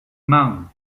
marne